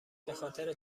بخاطر